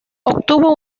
obtuvo